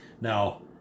Now